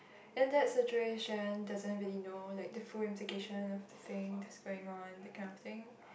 in that situation does anybody know like the full implication of the thing that's going on that kind of thing